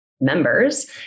members